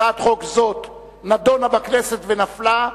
הצעת חוק זאת נדונה בכנסת ונפלה,